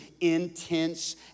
intense